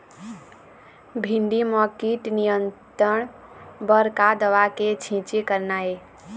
भिंडी म कीट नियंत्रण बर का दवा के छींचे करना ये?